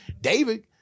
David